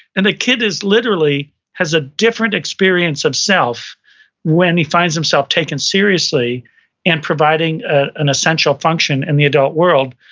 and the kid is literally has a different experience of self when he finds himself taken seriously and providing an essential function in the adult world,